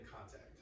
contact